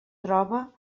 troba